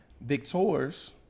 Victors